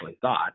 thought